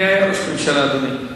מי היה ראש ממשלה, אדוני?